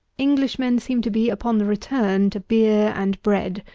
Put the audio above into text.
englishmen seem to be upon the return to beer and bread,